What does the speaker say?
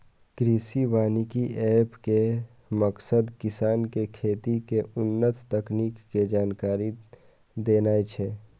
कृषि वानिकी एप के मकसद किसान कें खेती के उन्नत तकनीक के जानकारी देनाय छै